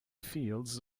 fields